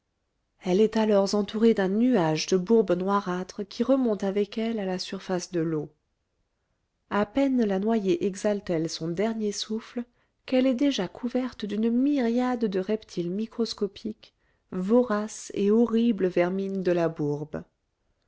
elle est alors entourée d'un nuage de bourbe noirâtre qui remonte avec elle à la surface de l'eau à peine la noyée exhale t elle son dernier souffle qu'elle est déjà couverte d'une myriade de reptiles microscopiques vorace et horrible vermine de la bourbe